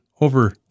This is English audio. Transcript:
over